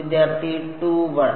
വിദ്യാർത്ഥി 2 1